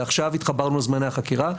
ועכשיו התחברנו לזמני החקירה.